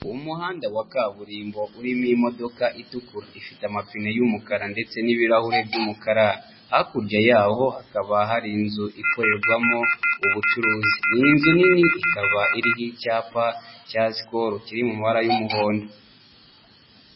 Umuhanda wa kaburimbo urimo imodoka itukura ifite amapine y'umukara ndetse n'ibirahure by'umukara, hakurya yaho hakaba hari inzu ikorerwamo ubucuruzi, ni inzu nini ikaba iriho icyapa cya Skol kiri mu mabara y'umuhondo.